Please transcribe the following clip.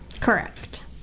Correct